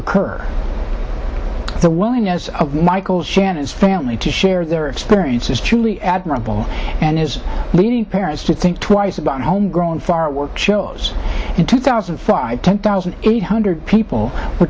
occur the willingness of michael shannon's family to share their experience is truly admirable and is leading parents to think twice about home grown far work shows in two thousand and five ten thousand eight hundred people